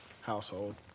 household